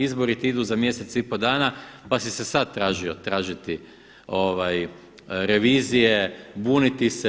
Izbori ti idu za mjesec i pol dana pa si se sad tražio tražiti revizije, buniti se.